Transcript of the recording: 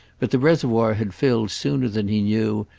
but the reservoir had filled sooner than he knew,